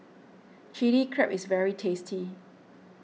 Chili Crab is very tasty